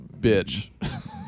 bitch